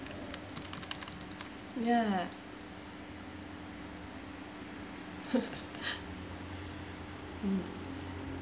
ya mm